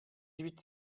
huit